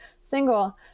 single